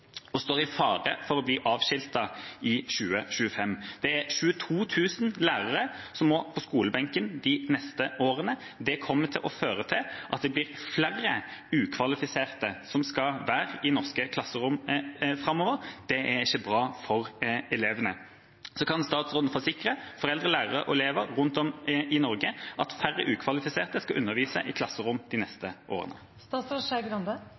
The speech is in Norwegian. fare for å bli avskiltet i 2025. Det er 22 000 lærere som må på skolebenken de neste årene. Det kommer til å føre til at det blir flere ukvalifiserte som skal være i norske klasserom framover, og det er ikke bra for elevene. Kan statsråden forsikre foreldre, lærere og elever rundt om i Norge om at færre ukvalifiserte skal undervise i klasserom de